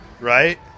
right